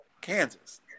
kansas